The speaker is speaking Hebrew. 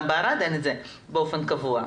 גם בערד אין את זה באופן קבוע.